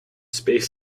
space